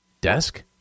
Desk